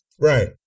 Right